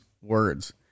words